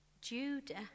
Judah